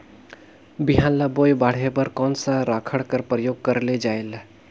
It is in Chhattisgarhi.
बिहान ल बोये बाढे बर कोन सा राखड कर प्रयोग करले जायेल?